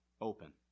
open